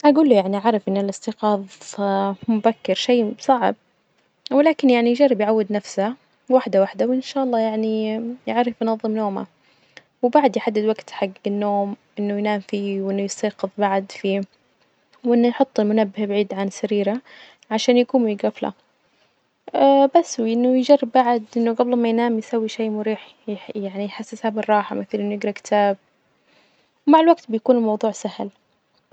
أجول له يعني أعرف إن الإستيقاظ مبكر شي صعب، ولكن يعني يجرب يعود نفسه واحدة واحدة وإن شاء الله يعني يعرف ينظم نومه، وبعد يحدد وجت حج النوم إنه ينام فيه وإنه يستيقظ بعد فيه، وإنه يحط المنبه بعيد عن سريره عشان يجوم ويجفله بس وإنه يجرب بعد إنه جبل ما ينام يسوي شي مريح يح- يعني يحسسها بالراحة مثلا يجرا كتاب، ومع الوقت بيكون الموضوع سهل.